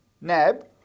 NAB